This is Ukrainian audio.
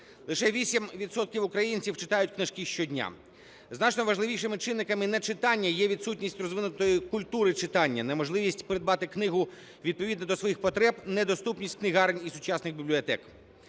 українців читають книжки щодня. Значно важливішими чинниками нечитання є відсутність розвинутої культури читання, неможливість придбати книгу відповідно до своїх потреб, недоступність книгарень і сучасних бібліотек.